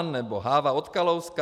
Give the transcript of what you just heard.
Nebo Háva od Kalouska?